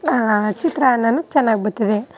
ಹಾಂ ಚಿತ್ರಾನ್ನನೂ ಚೆನ್ನಾಗಿ ಬರ್ತದೆ